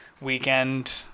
weekend